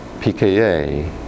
pKa